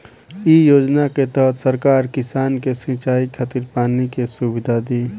इ योजना के तहत सरकार किसान के सिंचाई खातिर पानी के सुविधा दी